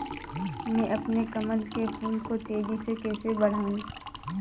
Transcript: मैं अपने कमल के फूल को तेजी से कैसे बढाऊं?